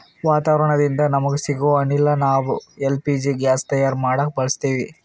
ವಾತಾವರಣದಿಂದ ನಮಗ ಸಿಗೊ ಅನಿಲ ನಾವ್ ಎಲ್ ಪಿ ಜಿ ಗ್ಯಾಸ್ ತಯಾರ್ ಮಾಡಕ್ ಬಳಸತ್ತೀವಿ